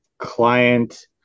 client